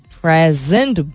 present